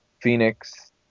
Phoenix